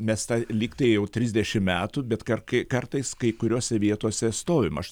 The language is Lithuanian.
mes tą lyg tai jau trisdešim metų bet kar kai kartais kai kuriose vietose stovim aš